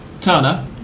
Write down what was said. Turner